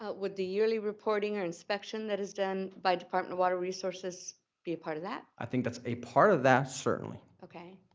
ah would the yearly reporting or inspection that is done by department of water resources resources be a part of that? i think that's a part of that, certainly. okay,